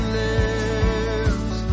lives